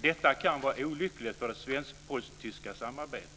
Detta kan vara olyckligt för det svensk-polsk-tyska samarbetet.